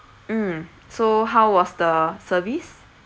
mm so how was the service